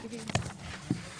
רביזיה.